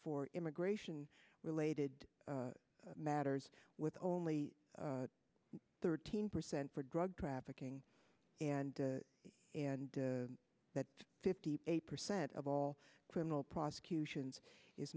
for immigration related matters with only thirteen percent for drug trafficking and and that fifty eight percent of all criminal prosecutions is